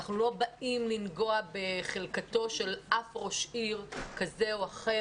אנחנו לא באים לנגוע בחלקתו של אף ראש עיר כזה או אחר.